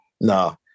No